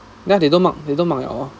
ya they don't mark they don't mark at all